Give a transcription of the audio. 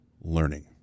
learning